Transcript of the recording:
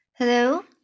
Hello